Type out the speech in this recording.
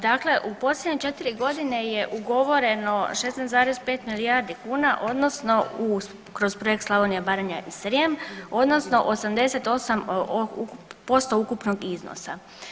Dakle, u posljednje 4 godine je ugovoreno 16,5 milijardi kuna odnosno kroz Projekt Slavonija, Baranja i Srijem odnosno 88% ukupnog iznosa.